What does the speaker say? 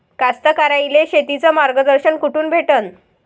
कास्तकाराइले शेतीचं मार्गदर्शन कुठून भेटन?